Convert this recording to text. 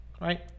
right